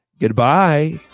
goodbye